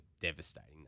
devastating